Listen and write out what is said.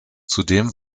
zudem